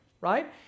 right